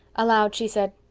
aloud she said,